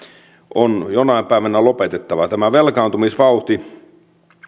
on jonain päivänä lopetettava tämä velkaantumisvauhti